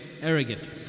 arrogant